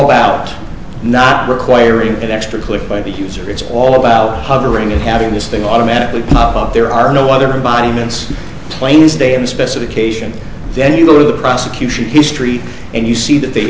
about not requiring an extra click by the user it's all about hovering and having this thing automatically pop up there are no other body mints plane's data specification then you go to the prosecution history and you see that they